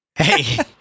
Hey